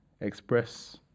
express